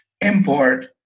import